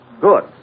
Good